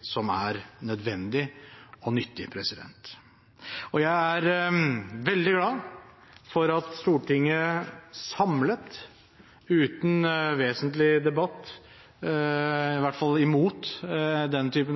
som er nødvendig og nyttig. Jeg er veldig glad for at Stortinget samlet, uten vesentlig debatt – i hvert fall imot